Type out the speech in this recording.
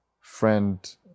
Friend